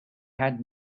had